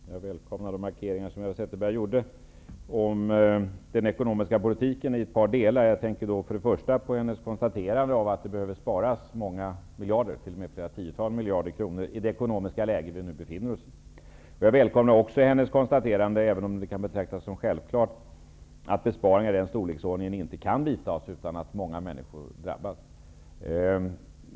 Herr talman! Jag välkomnar de markeringar som Eva Zetterberg gjorde om den ekonomiska politiken. Jag tänker då i första hand på hennes konstaterande, att det behövs sparas många, t.o.m. flera tiotals, miljarder kronor i det rådande ekonomiska läget. Jag välkomnar även hennes konstaterande -- även om det kan betraktas som självklart -- att besparingar i den storleksordningen inte kan genomföras utan att många människor drabbas.